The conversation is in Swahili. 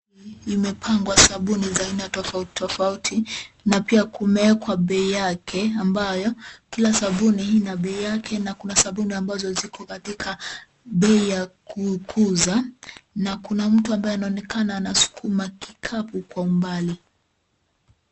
Imepangwa sabuni za aina tofauti tofauti, na pia kumewekwa bei yake ambayo kila sabuni ina bei yake. Na kuna sabuni ambazo ziko katika bei ya kukuza, na kuna mtu ambaye anaonekana anasukuma kikapu kwa umbali.